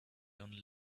only